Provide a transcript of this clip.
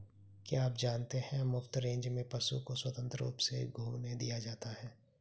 क्या आप जानते है मुफ्त रेंज में पशु को स्वतंत्र रूप से घूमने दिया जाता है?